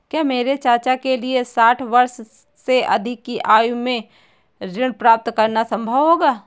क्या मेरे चाचा के लिए साठ वर्ष से अधिक की आयु में ऋण प्राप्त करना संभव होगा?